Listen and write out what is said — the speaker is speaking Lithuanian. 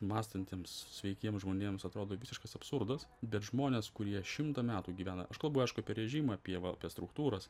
mąstantiems sveikiems žmonėms atrodo visiškas absurdas bet žmonės kurie šimtą metų gyvena aš kalbu aišku apie režimą apie va apie struktūras